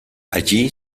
allí